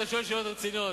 אתה שואל שאלות רציניות,